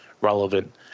relevant